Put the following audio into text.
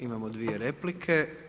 Imamo dvije replike.